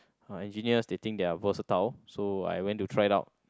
engineers stating their versatile so I went to try it out